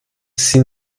sie